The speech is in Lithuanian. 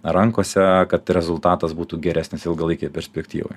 rankose kad rezultatas būtų geresnis ilgalaikėje perspektyvoje